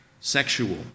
sexual